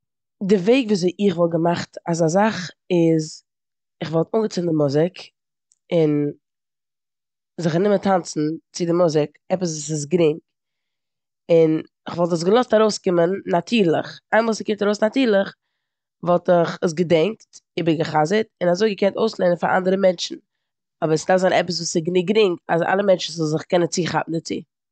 די וועג וויאזוי איך וואלט געמאכט אזא זאך איז כ'וואלט אנגעצינדן מוזיק און זיך גענומען טאנצן צו די מוזיק עפעס וואס איז גרינג און כ'וואלט עס געלאזט ארויסקומען נאטורליך. איינמאל ס'קומט ארויס נאטורליך וואלט איך עס געדענקט, איבערגעחרט און אזוי געקענט אויסלערנען פאר אנדערע מענטשן. אבער ס'דארף זיין עפעס וואס איז גענוג גרינג אז אלע מענטשן זאלן זיך קענען צוכאפן דערצו.